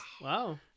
Wow